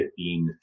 15